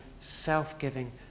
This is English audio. self-giving